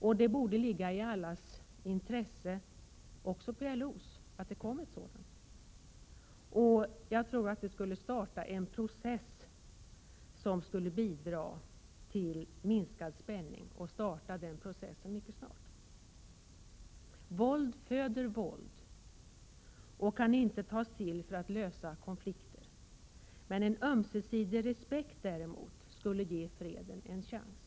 Det borde också ligga i allas, också PLO:s, intressen. Jag tror att det skulle starta en process som skulle bidra till minskad spänning och det mycket snart. Våld föder våld och kan inte tas till för att lösa konflikter. En ömsesidig respekt däremot skulle ge freden en chans.